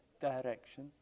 direction